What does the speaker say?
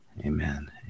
Amen